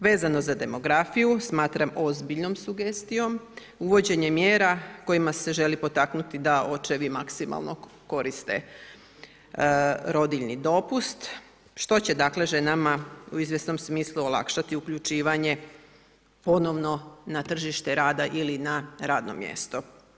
Vezano za demografiju, smatram ozbiljnom sugestijom uvođenje mjera kojima se želi potaknuti da očevi maksimalno koriste rodiljni dopust što će dakle, ženama u izvjesnom smislu olakšati uključivanje ponovno na tržište rada ili na radno mjesto.